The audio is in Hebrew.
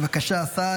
בבקשה, השר.